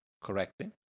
correctly